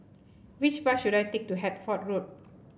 which bus should I take to Hertford Road